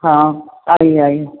हां R E आई